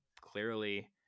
clearly